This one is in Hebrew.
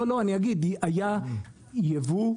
לא, אני אגיד, היה ייבוא סיני.